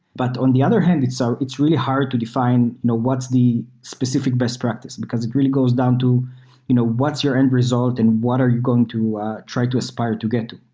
but on the other hand, it's so it's really hard to define what's the specific best practice, because it really goes down to you know what's your end result and what are you going to try to aspire to get.